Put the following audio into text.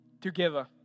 together